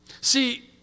See